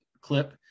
clip